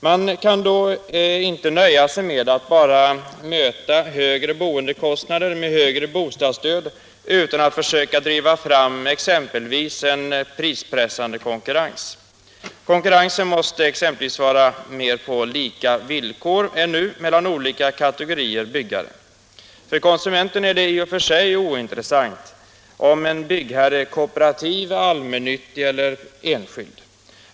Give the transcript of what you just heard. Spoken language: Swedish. Man kan därför inte nöja sig med att bara möta högre boendekostnader med högre bostadsstöd utan att försöka driva fram exempelvis en prispressande konkurrens. Konkurrensen måste vara mer på lika villkor än nu mellan olika kategorier byggare. För konsumenten är det i och för sig ointressant om en byggherre är kooperativ, allmännyttig eller enskild.